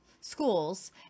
schools